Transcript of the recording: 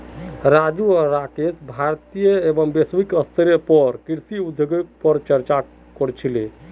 राजू आर राकेश भारतीय एवं वैश्विक स्तरेर पर कृषि उद्योगगेर चर्चा क र छीले